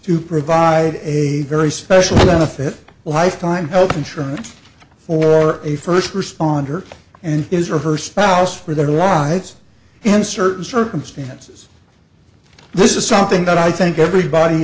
to provide a very special benefit lifetime health insurance for a first responder and his or her spouse for their lives in certain circumstances this is something that i think everybody